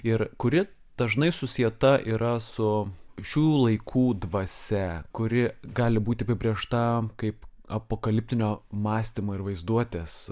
ir kuri dažnai susieta yra su šių laikų dvasia kuri gali būti apibrėžta kaip apokaliptinio mąstymo ir vaizduotės